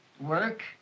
work